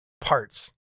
Parts